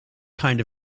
kind